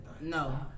no